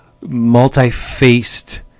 multi-faced